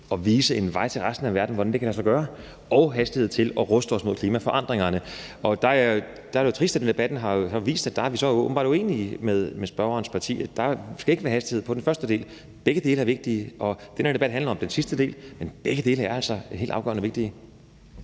og vise en vej til resten af verden, i forhold til hvordan det kan lade sig gøre, og at der skal en hastighed til at ruste os mod klimaforandringerne. Der er det jo trist, at debatten har vist, at vi så åbenbart er uenige med spørgerens parti, som mener, at der ikke skal være hastighed på den første del. Begge dele er vigtige, og den her debat handler om den sidste del, men begge dele er altså helt afgørende vigtige.